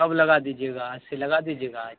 کب لگا دیجیے گاجھ سے لگا دیجیے گاھ